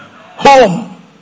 Home